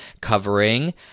covering